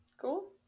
Cool